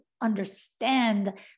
understand